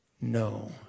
No